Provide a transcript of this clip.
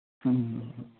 ᱦᱩᱸ ᱦᱩᱸ ᱦᱩᱸ